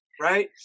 right